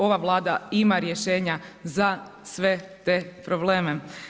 Ova Vlada ima rješenja za sve te probleme.